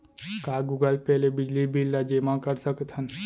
का Google Pay ले बिजली बिल ल जेमा कर सकथन?